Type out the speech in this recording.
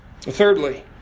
Thirdly